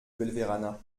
belverana